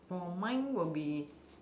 for mine will be